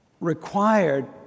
required